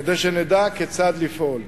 כדי שנדע כיצד לפעול.